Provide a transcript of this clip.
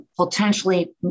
potentially